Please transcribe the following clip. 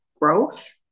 growth